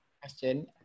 question